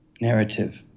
narrative